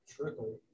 trickle